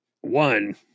One